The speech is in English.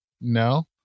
No